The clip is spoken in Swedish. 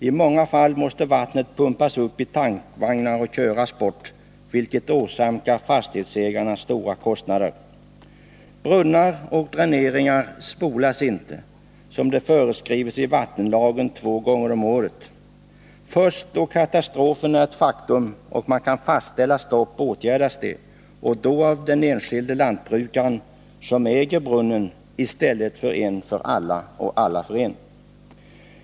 I många fall måste vattnet pumpas upp i tankvagnar och köras bort, vilket åsamkar fastighetsägarna stora kostnader. Brunnar och dräneringsanläggningar spolas inte två gånger om året, som det föreskrivs i vattenlagen. Först då katastrofen är ett faktum och man kan fastställa stoppet vidtas åtgärder; och då av den enskilde lantbrukaren som äger brunnen, inte solidariskt av alla intressenterna i företaget.